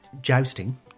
Jousting